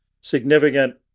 significant